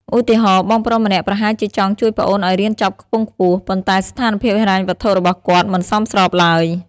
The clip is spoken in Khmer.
ឧទាហរណ៍ បងប្រុសម្នាក់ប្រហែលជាចង់ជួយប្អូនឱ្យរៀនចប់ខ្ពង់ខ្ពស់ ប៉ុន្តែស្ថានភាពហិរញ្ញវត្ថុរបស់គាត់មិនសមស្របឡើយ។